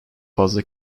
fazla